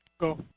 Go